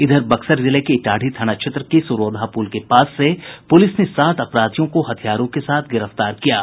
इधर बक्सर जिले के इटाढ़ी थाना क्षेत्र के सुरौधा पुल के पास से पुलिस ने सात अपराधियों को हथियारों के साथ गिरफ्तार किया है